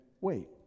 wait